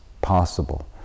possible